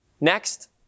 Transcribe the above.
Next